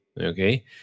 okay